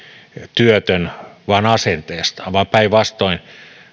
työtön asenteestaan vaan päinvastoin